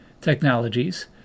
technologies